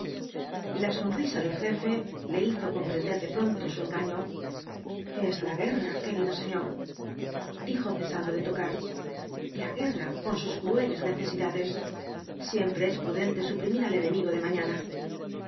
la sonrisa del jefe le hizo comprender de pronto su engaño els la guerra querido señor dijo cesando de tocar la guerra con sus crueles necesidades siempre es prudente suprimir al enemigo de mañana